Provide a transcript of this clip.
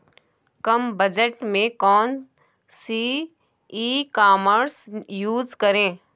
कम budget में कौन सी ई कॉमर्स यूज़ करें?